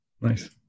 nice